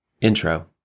Intro